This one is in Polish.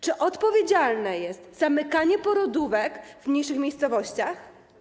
Czy odpowiedzialne jest zamykanie porodówek w mniejszych miejscowościach?